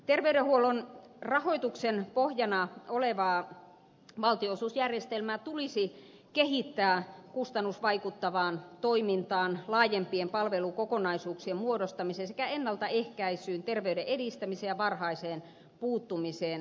terveydenhuollon rahoituksen pohjana olevaa valtionosuusjärjestelmää tulisi kehittää kustannusvaikuttavaan toimintaan laajempien palvelukokonaisuuksien muodostamiseen sekä ennaltaehkäisyyn terveyden edistämiseen ja varhaiseen puuttumiseen kannustavaksi